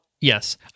yes